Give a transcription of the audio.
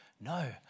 No